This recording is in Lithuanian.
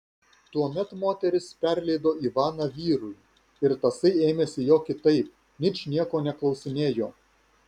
tuomet moteris perleido ivaną vyrui ir tasai ėmėsi jo kitaip ničnieko neklausinėjo